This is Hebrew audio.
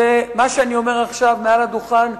מה שאני אומר מעל הדוכן,